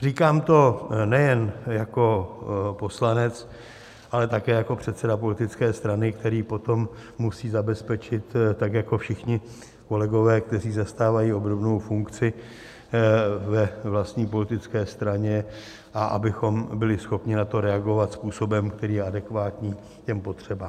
Říkám to nejen jako poslanec, ale také jako předseda politické strany, který potom musí zabezpečit to, jako všichni kolegové, kteří zastávají obdobnou funkci ve vlastní politické straně, abychom byli schopni na to reagovat způsobem, který je adekvátní těm potřebám.